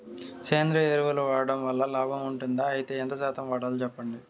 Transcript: సేంద్రియ ఎరువులు వాడడం వల్ల లాభం ఉంటుందా? అయితే ఎంత శాతం వాడాలో చెప్పండి?